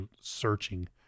searching